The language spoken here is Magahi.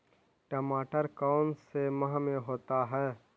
टमाटर कौन सा माह में होता है?